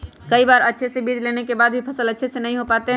कई बार हम अच्छे बीज लेने के बाद भी फसल अच्छे से नहीं हो पाते हैं?